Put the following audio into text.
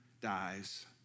dies